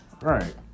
right